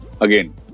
again